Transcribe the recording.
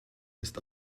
ist